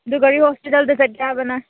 ꯑꯗꯨ ꯀꯔꯤ ꯍꯣꯁꯄꯤꯇꯥꯜꯗ ꯆꯠꯀꯦ ꯍꯥꯏꯕ ꯅꯪ